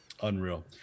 Unreal